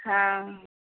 हँ